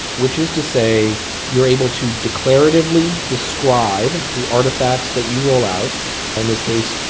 which is to say you're able to declaratively describe the artifacts that you roll out in this case,